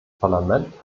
parlament